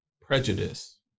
prejudice